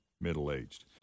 middle-aged